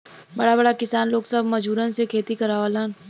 बड़ा बड़ा किसान लोग सब मजूरन से खेती करावलन